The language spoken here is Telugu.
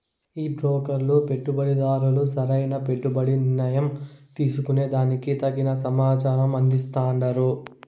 ఈ బ్రోకర్లు పెట్టుబడిదార్లు సరైన పెట్టుబడి నిర్ణయం తీసుకునే దానికి తగిన సమాచారం అందిస్తాండారు